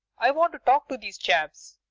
i want to talk to these chaps.